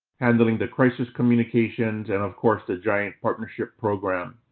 handling the crisis communications, and, of course, the giant partnership program.